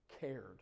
cared